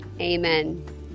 amen